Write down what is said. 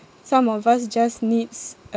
some of us just needs